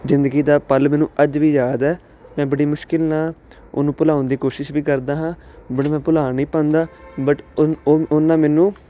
ਜ਼ਿੰਦਗੀ ਦਾ ਪਲ ਮੈਨੂੰ ਅੱਜ ਵੀ ਯਾਦ ਹੈ ਮੈਂ ਬੜੀ ਮੁਸ਼ਕਲ ਨਾਲ ਉਹਨੂੰ ਭੁਲਾਉਣ ਦੀ ਕੋਸ਼ਿਸ਼ ਵੀ ਕਰਦਾ ਹਾਂ ਬਟ ਮੈਂ ਭੁਲਾ ਨਹੀਂ ਪਾਉਂਦਾ ਬਟ ਓ ਓ ਉਹਨਾਂ ਮੈਨੂੰ